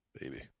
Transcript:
baby